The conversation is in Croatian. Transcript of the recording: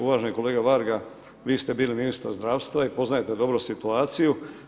Uvaženi kolega Varga, vi ste bili ministar zdravstva i poznajte dobro situaciju.